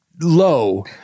low